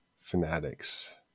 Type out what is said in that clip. fanatics